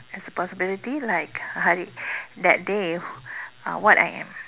as a possibility like uh hari that day what uh I am